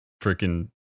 freaking